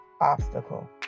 obstacle